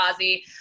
Ozzy